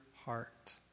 heart